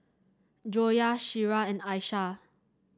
Joyah Syirah and Aisyah